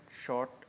short